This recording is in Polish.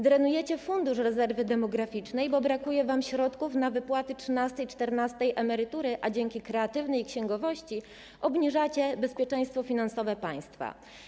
Drenujecie Fundusz Rezerwy Demograficznej, bo brakuje wam środków na wypłaty trzynastych i czternastych emerytur, a dzięki kreatywnej księgowości obniżacie bezpieczeństwo finansowe państwa.